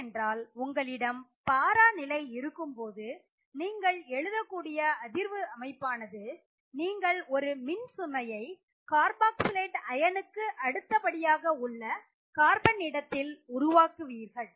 ஏனென்றால் உங்களிடம் பாரா நிலை இருக்கும்போது நீங்கள் எழுதக்கூடிய அதிர்வு அமைப்பானது நீங்கள் ஒரு மின் சுமையை கார்பாக்சி லேட் அயனுக்கு அடுத்தபடியாக உள்ள கார்பனிடத்தில் உருவாக்குவீர்கள்